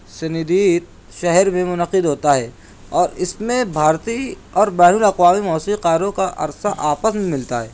سندید شہر میں منعقد ہوتا ہے اور اس میں بھارتی اور بین الاقوامی موسیقاروں کا عرصہ آپس میں ملتا ہے